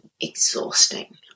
exhausting